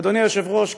אדוני היושב-ראש,